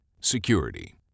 Security